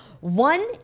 One